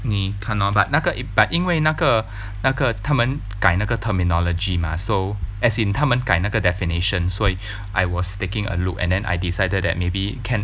你看 lor but 那个 but 因为那个那个他们改那个 terminology mah so as in 他们改那个 definition 所以 I was taking a look and then I decided that maybe can